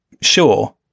sure